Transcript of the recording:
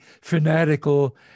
fanatical